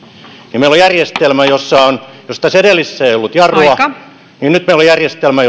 ja jos tässä edellisessä järjestelmässä ei ollut jarrua niin nyt meillä on järjestelmä